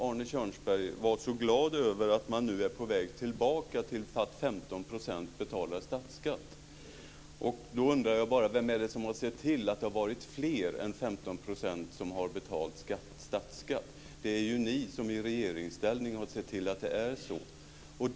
Arne Kjörnsberg var så glad över att man nu är på väg tillbaka till att 15 % betalar statsskatt. Då undrar jag bara: Vem har sett till att det har varit fler än 15 % som har betalat statsskatt? Det är ni som i regeringsställning har sett till att det är så.